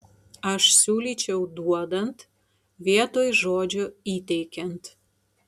aš siūlyčiau duodant vietoj žodžio įteikiant